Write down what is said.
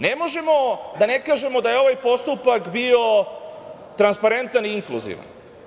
Ne možemo da ne kažemo da je ovaj postupak bio transparentan i inkluzivan.